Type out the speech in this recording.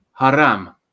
Haram